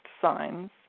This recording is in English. signs